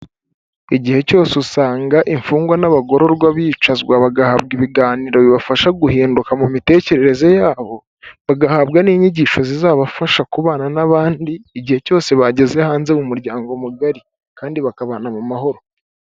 Igihe cyose usanga imfungwa n'abagororwa bicazwa bagahabwa ibiganiro bibafasha guhinduka mu mitekerereze yabo, bagahabwa n'inyigisho zizabafasha kubana n'abandi, igihe cyose bageze hanze mu muryango mugari kandi bakabana mu mahoro.